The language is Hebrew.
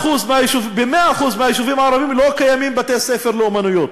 ב-100% היישובים הערביים לא קיימים בתי-ספר לאמנויות,